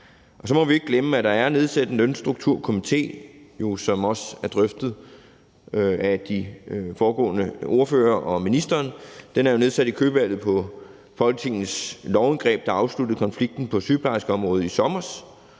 Så må vi ikke glemme, at der er nedsat Lønstrukturkomitéen, som jo også er blevet drøftet af de foregående ordførere og ministeren. Den er jo nedsat i kølvandet på Folketingets lovindgreb, der afsluttede konflikten på sygeplejerskeområdet i sommers,